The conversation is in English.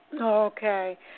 Okay